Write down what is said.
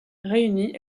réunies